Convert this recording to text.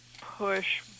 Push